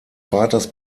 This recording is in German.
vaters